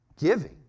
giving